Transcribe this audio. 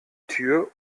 tür